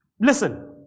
listen